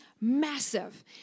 massive